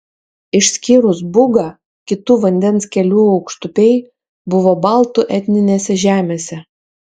išskyrus bugą kitų vandens kelių aukštupiai buvo baltų etninėse žemėse